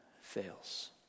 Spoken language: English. fails